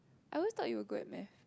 I always thought you were good at maths